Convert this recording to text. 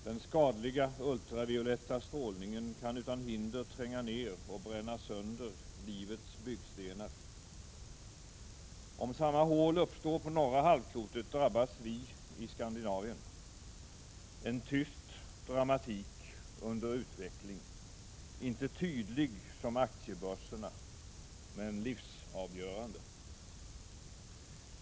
Den skadliga ultravioletta strålningen kan utan hinder tränga ner och bränna sönder livets byggstenar. Om samma hål uppstår på norra halvklotet drabbas vi i Skandinavien. Det är en tyst dramatik under utveckling, inte tydlig som aktiebörserna, men livsavgörande.